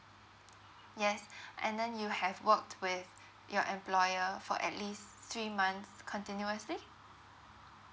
yes and then you have worked with your employer for at least three months continuously